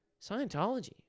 Scientology